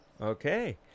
okay